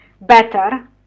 better